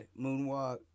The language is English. Moonwalk